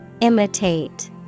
Imitate